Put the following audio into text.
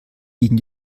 gegen